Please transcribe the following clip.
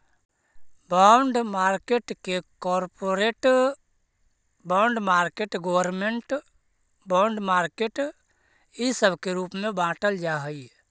bond market के corporate bond market government bond market इ सब के रूप में बाटल जा हई